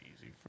easy